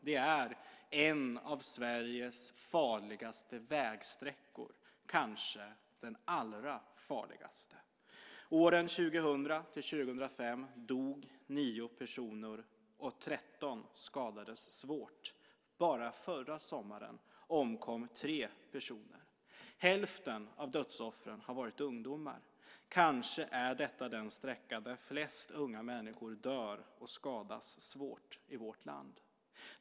Det är en av Sveriges farligaste vägsträckor, kanske den allra farligaste. Under åren 2000-2005 dog 9 personer och 13 skadades svårt. Bara under förra sommaren omkom 3 personer. Hälften av dödsoffren har varit ungdomar. Kanske är detta den sträcka där flest unga människor dör eller skadas svårt i vårt land.